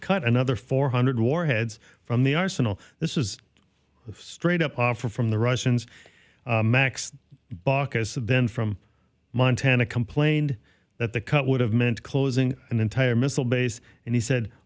cut another four hundred warheads from the arsenal this is a straight up offer from the russians max baucus then from montana complained that the cut would have meant closing an entire missile base and he said